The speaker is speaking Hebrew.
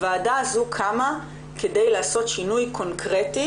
הוועדה הזאת קמה כדי לעשות שינוי קונקרטי